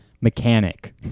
mechanic